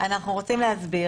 אנחנו רוצים להסביר.